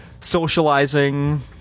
Socializing